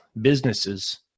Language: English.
businesses